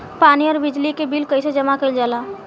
पानी और बिजली के बिल कइसे जमा कइल जाला?